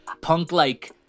punk-like